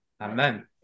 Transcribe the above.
Amen